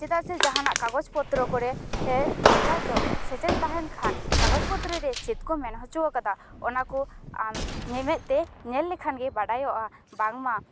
ᱪᱮᱫᱟᱜ ᱥᱮ ᱡᱟᱦᱟᱱᱟᱜ ᱠᱟᱜᱚᱡᱽ ᱯᱚᱛᱨᱚ ᱠᱚᱨᱮ ᱱᱮᱛᱟᱨ ᱫᱚ ᱥᱮᱪᱮᱫ ᱛᱟᱦᱮᱸ ᱠᱷᱟᱱ ᱠᱟᱜᱚᱡᱽ ᱯᱚᱛᱨᱚ ᱨᱮ ᱪᱮᱫ ᱠᱚ ᱢᱮᱱ ᱦᱚᱪᱚᱣ ᱠᱟᱫᱟ ᱚᱱᱟ ᱠᱚ ᱟᱢ ᱢᱤᱢᱤᱫ ᱛᱮ ᱧᱮᱞ ᱞᱮᱠᱷᱟᱱ ᱜᱮ ᱵᱟᱰᱟᱭᱚᱜᱼᱟ ᱵᱟᱝᱢᱟ